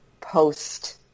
post